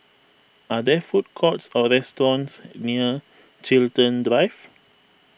are there food courts or restaurants near Chiltern Drive